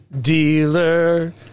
dealer